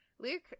Luke